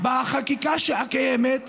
בחקיקה הקיימת,